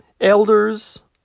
elders